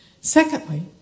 Secondly